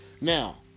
Now